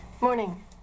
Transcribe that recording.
morning